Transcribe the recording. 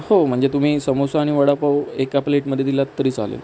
हो म्हणजे तुम्ही समोसा आणि वडापाव एका प्लेटमध्ये दिलात तरी चालेल